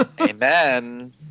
amen